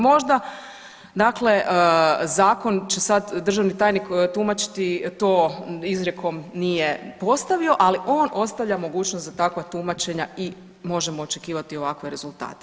Možda dakle zakon će sad državni tajnik tumačiti to izrijekom nije postavio, ali on ostavlja mogućnost za takva tumačenja i možemo očekivati ovakve rezultate.